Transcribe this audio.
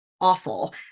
awful